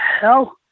hell